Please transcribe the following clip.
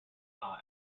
style